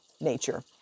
nature